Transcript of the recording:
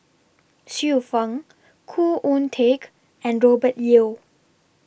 Xiu Fang Khoo Oon Teik and Robert Yeo